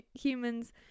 humans